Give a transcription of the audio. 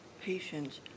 patients